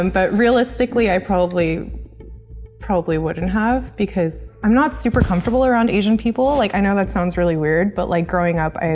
um but realistically, i probably probably wouldn't have, because i'm not super comfortable around asian people, like i know that sounds really weird, but, like, growing up,